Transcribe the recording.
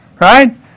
Right